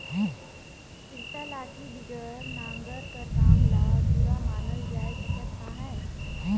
इरता लाठी बिगर नांगर कर काम ल अधुरा मानल जाए सकत अहे